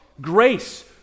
Grace